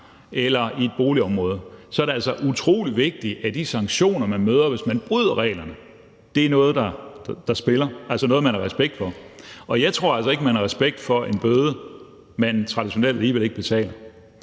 eller i et boligområde, er det altså utrolig vigtigt, at de sanktioner, man møder, hvis man bryder reglerne, er nogle, der spiller, altså noget, man har respekt for. Og jeg tror altså ikke, man har respekt for en bøde, man traditionelt alligevel ikke betaler.